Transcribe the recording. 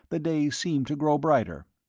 the day seemed to grow brighter.